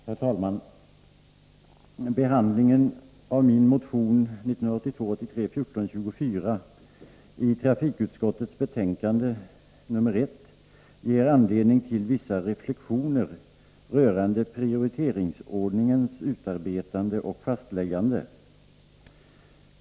Herr talman! Behandlingen av min motion 1982/83:1424 i trafikutskottets betänkande nr 1 ger anledning till vissa reflexioner rörande prioriteringsordningens utarbetande och fastläggande.